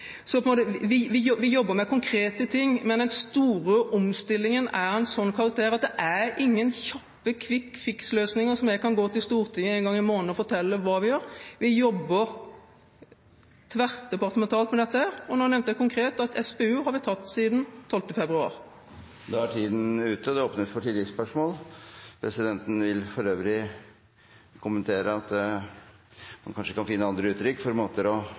Vi jobber med konkrete ting. Men den store omstillingen er av en slik karakter at det er ingen kjappe «quick fix»-løsninger hvor jeg kan komme til Stortinget en gang i måneden og fortelle hva vi gjør. Vi jobber tverrdepartementalt med dette. Nå nevnte jeg konkret at SPU er et tiltak som har blitt presentert siden 12. februar. Det blir oppfølgingsspørsmål – først Karin Andersen. Presidenten vil for øvrig kommentere at man kanskje kan finne andre uttrykk for måter å